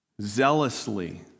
zealously